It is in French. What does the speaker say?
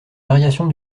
variations